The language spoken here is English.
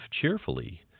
cheerfully